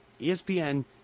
ESPN